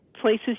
places